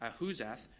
Ahuzath